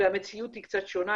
והמציאות היא קצת שונה,